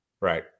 Right